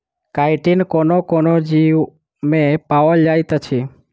chitin कोनो कोनो जीवमे पाओल जाइत अछि